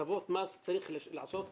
בהטבות מס, צריך לעשות חקיקה.